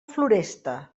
floresta